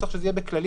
צריך שזה יהיה בכללים